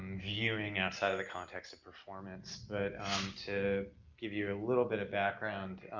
viewing outside of the context of performance. but to give you a little bit of background.